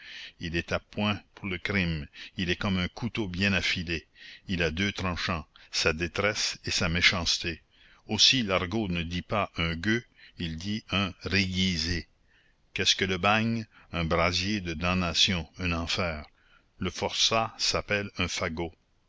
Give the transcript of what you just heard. il est à point pour le crime il est comme un couteau bien affilé il a deux tranchants sa détresse et sa méchanceté aussi l'argot ne dit pas un gueux il dit un réguisé qu'est-ce que le bagne un brasier de damnation un enfer le forçat s'appelle un fagot